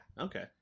Okay